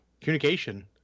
communication